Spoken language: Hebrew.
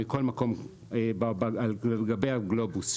מכל מקום על גבי הגלובוס,